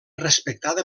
respectada